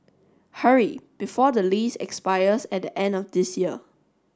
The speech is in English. hurry before the lease expires at the end of this year